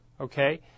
okay